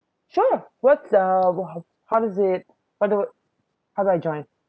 sure what's uh how how is it what do how do I join